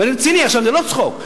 ואני רציני עכשיו, זה לא צחוק.